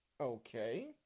okay